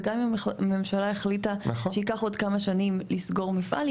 וגם אם הממשלה החליטה שייקח עוד כמה שנים לסגור מפעל,